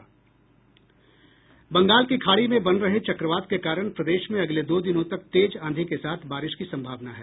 बंगाल की खाड़ी में बन रहे चक्रवात के कारण प्रदेश में अगले दो दिनों तक तेज आंधी के साथ बारिश की सम्भावना है